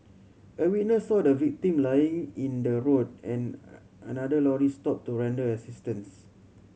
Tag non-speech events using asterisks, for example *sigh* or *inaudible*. a witness saw the victim lying in the road and *unintelligible* another lorry stopped to render assistance